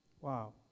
Wow